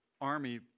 army